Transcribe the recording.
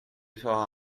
fera